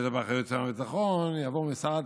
וכשזה באחריות משרד הביטחון, יעבור ממשרד